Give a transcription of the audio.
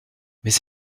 mais